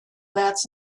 that’s